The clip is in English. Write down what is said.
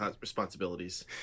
responsibilities